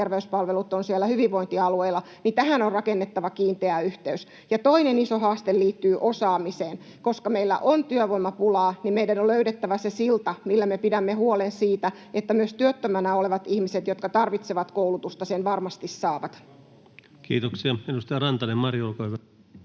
terveyspalvelut ovat siellä hyvinvointialueilla, niin tähän on rakennettava kiinteä yhteys. Ja toinen iso haaste liittyy osaamiseen. Koska meillä on työvoimapulaa, niin meidän on löydettävä se silta, millä me pidämme huolen siitä, että myös työttömänä olevat ihmiset, jotka tarvitsevat koulutusta, sitä varmasti saavat. Kiitoksia. — Edustaja Rantanen, Mari, olkaa hyvä.